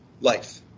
Life